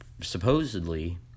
supposedly